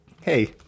hey